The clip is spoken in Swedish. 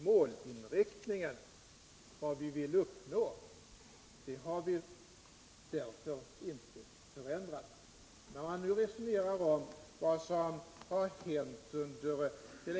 Målinriktningen, vad vi vill uppnå, har vi därmed inte förändrat. När man nu resonerar om vad som hänt undert.ex.